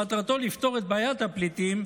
שמטרתו לפתור את בעיית הפליטים,